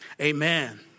amen